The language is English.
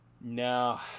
No